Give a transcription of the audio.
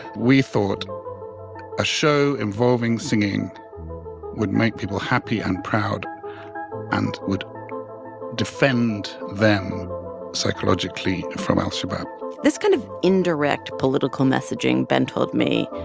we thought a show involving singing would make people happy and proud and would defend them psychologically from al-shabab this kind of indirect political messaging, ben told me,